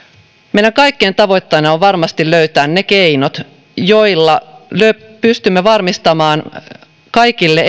meidän kaikkien tavoitteena on varmasti löytää ne keinot joilla pystymme varmistamaan kaikille